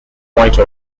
white